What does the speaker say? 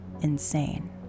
insane